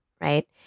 right